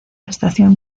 estación